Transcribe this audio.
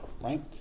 Right